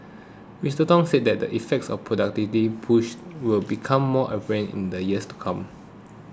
Mister Song said the effects of the productivity push will become more apparent in the years to come